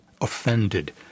offended